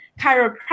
chiropractic